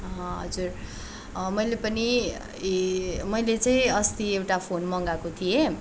हजुर मैले पनि मैले चाहिँ अस्ति एउटा फोन मँगाएको थिएँ